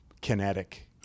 kinetic